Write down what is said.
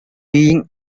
being